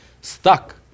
stuck